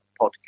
podcast